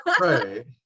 Right